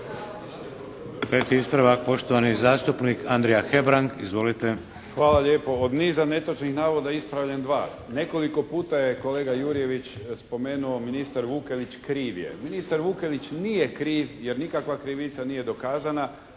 Peti ispravak, poštovani zastupnik Andrija Hebrnag. Izvolite. **Hebrang, Andrija (HDZ)** Hvala lijepo. Od niza netočnih navoda, ispravljam dva. Nekoliko puta je kolega Jurjević spomenuo ministar Vukelić kriv je. Ministar Vukelić nije kriv, jer nikakva krivica nije dokazana,